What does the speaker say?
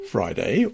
Friday